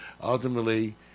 ultimately